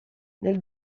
nel